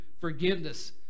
forgiveness